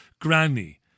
granny